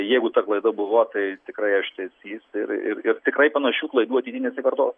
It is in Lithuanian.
jeigu ta klaida buvo tai tikrai ją ištaisys ir ir ir tikrai panašių klaidų ateity nesikartos